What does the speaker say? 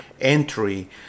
entry